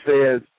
says